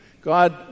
God